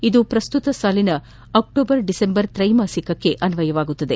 ಇದು ಪ್ರಸ್ತುತ ಸಾಲಿನ ಅಕ್ಟೋಬರ್ ಡಿಸೆಂಬರ್ ತ್ರೈಮಾಸಿಕಕ್ಕೆ ಅನ್ವಯವಾಗುವುದು